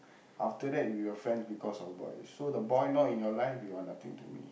after that we were friends because of boy so the boy not in our life you are nothing to me